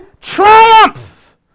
triumph